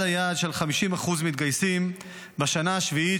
ליעד של 50% מתגייסים בשנה השביעית,